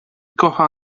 kocha